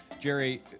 Jerry